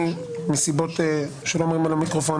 מסיבות שלא אומר למיקרופון,